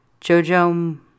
Jojo